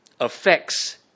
affects